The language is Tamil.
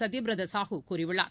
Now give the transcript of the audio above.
சத்யபிரதாசாஹூ கூறியுள்ளார்